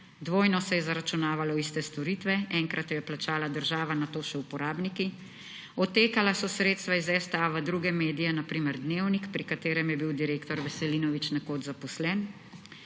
Dvojno se je zaračunavalo iste storitve, enkrat jo je plačala država, nato še uporabniki. Odtekala so sredstva iz STA v druge medije, na primer Dnevnik, pri katerem je bil direktor Veselinovič nekoč zaposlen.